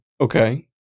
Okay